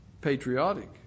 patriotic